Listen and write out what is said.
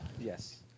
Yes